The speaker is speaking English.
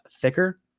thicker